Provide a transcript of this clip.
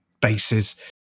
bases